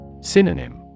Synonym